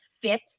fit